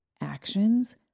actions